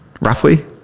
Roughly